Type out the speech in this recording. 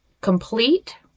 complete